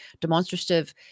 demonstrative